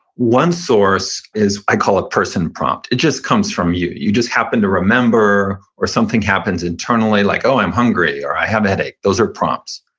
one source is, i call it, person prompt. it just comes from you. you just happen to remember or something happens internally, like oh, i'm hungry or i have a headache. those are prompts.